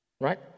Right